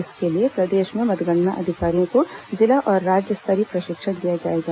इसके लिए प्रदेश में मतगणना अधिकारियों को जिला और राज्य स्तरीय प्रशिक्षण दिया जाएगा